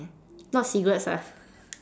not cigarettes ah